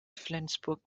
flensburg